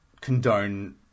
condone